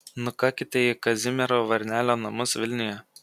nukakite į kazimiero varnelio namus vilniuje